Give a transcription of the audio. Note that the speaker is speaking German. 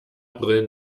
brillen